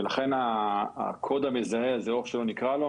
לכן הקוד המזהה או איך שלא נקרא לו,